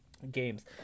games